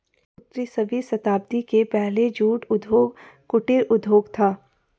उन्नीसवीं शताब्दी के पहले जूट उद्योग कुटीर उद्योग था